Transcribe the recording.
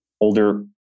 older